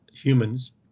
humans